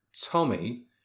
Tommy